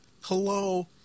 Hello